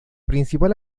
principal